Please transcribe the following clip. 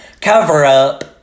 cover-up